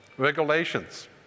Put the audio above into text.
Regulations